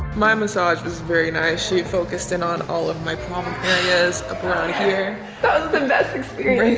my massage was very nice. she focused in on all of my problem areas around here. that was the best experience.